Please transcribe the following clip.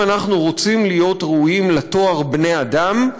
אם אנחנו רוצים להיות ראויים לתואר בני-אדם,